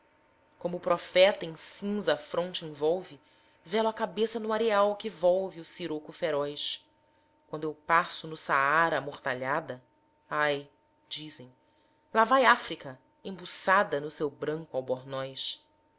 o profeta em cinza a fronte envolve velo a cabeça no areal que volve o siroco feroz quando eu passo no saara amortalhada ai dizem lá vai áfrica embuçada no seu branco albornoz